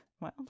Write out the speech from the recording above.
well